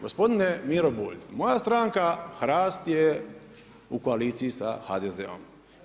Gospodine Miro Bulj, moja stranka HRAST je u koaliciji sa HDZ-om.